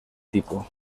tipo